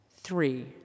Three